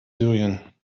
syrien